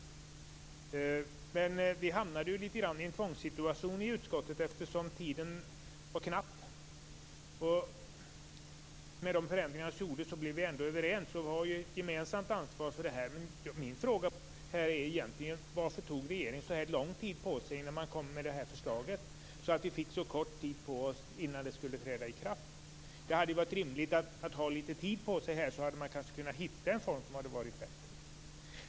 Men vi hamnade ju litet grand i en tvångssituation i utskottet, eftersom tiden var knapp. Med de förändringar som gjordes blev vi ändå överens, och vi har ju ett gemensamt ansvar. Men min fråga är egentligen varför regeringen tog så lång tid på sig innan man kom med förslaget, så att vi fick så kort tid på oss tills det skulle träda i kraft. Det hade ju varit rimligt att vi hade haft litet tid på oss. Då skulle vi kanske kunnat finna en form som hade varit bättre.